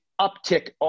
uptick